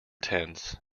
tents